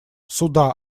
суда